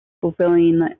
fulfilling